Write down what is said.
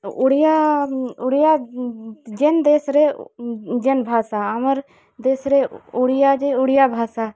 ଓଡ଼ିଆ ଓଡ଼ିଆ ଯେନ୍ ଦେଶ୍ରେ ଯେନ୍ ଭାଷା ଆମର୍ ଦେଶ୍ରେ ଓଡ଼ିଆ ଯେ ଓଡ଼ିଆ ଭାଷା